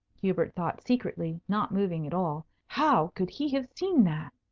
hubert thought secretly, not moving at all, how could he have seen that?